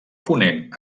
ponent